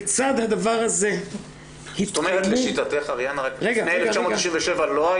זה לא היה לפני 1977?